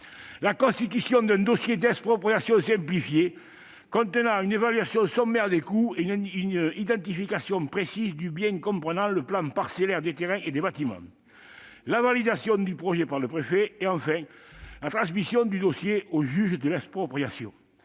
la constitution d'un dossier d'expropriation simplifié contenant une évaluation sommaire des coûts, une identification précise du bien et le plan parcellaire des terrains et des bâtiments ; la validation du projet par le préfet ; la transmission du dossier au juge de l'expropriation.